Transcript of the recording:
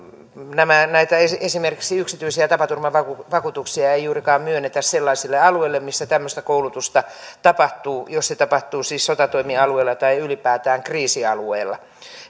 esimerkiksi yksityisiä tapaturmavakuutuksia ei juurikaan myönnetä sellaisille alueille missä tämmöistä koulutusta tapahtuu jos se siis tapahtuu sotatoimialueella tai ylipäätään kriisialueella